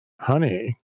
honey